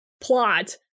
plot